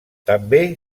també